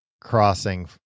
Crossing